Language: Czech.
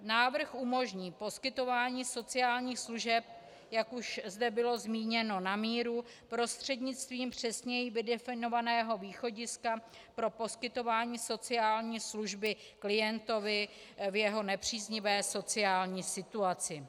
Návrh umožní poskytování sociálních služeb, jak už zde bylo zmíněno, na míru prostřednictvím přesněji vydefinovaného východiska pro poskytování sociální služby klientovi v jeho nepříznivé sociální situaci.